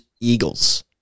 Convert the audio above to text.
eagles